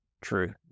True